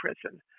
prison